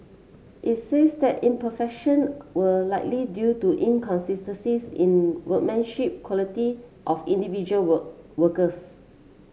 workmanship quality of individual work workers